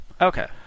Okay